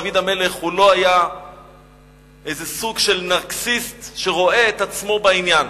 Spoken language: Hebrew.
דוד המלך לא היה איזה סוג של נרקיסיסט שרואה את עצמו בעניין.